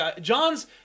Johns